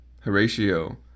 Horatio